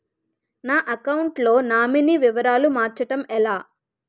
నా అకౌంట్ లో నామినీ వివరాలు మార్చటం ఎలా?